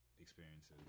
experiences